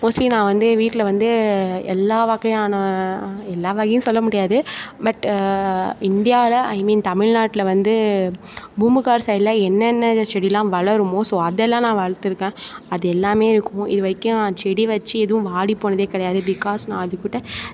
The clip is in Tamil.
மோஸ்ட்லி நான் வந்து வீட்டில் வந்து எல்லாவகையான எல்லாவகையும் சொல்ல முடியாது பட் இந்தியாவில் ஐ மீன் தமிழ்நாட்டில் வந்து பூம்புகார் சைடில் என்னென்ன செடிலாம் வளருமோ ஸோ அதெல்லாம் நான் வளர்த்துருக்கேன் அது எல்லாம் இருக்கும் இதுவரைக்கும் நான் செடி வச்சு எதுவும் வாடி போனது கிடையாது பிகாஸ் நான் அதுகிட்ட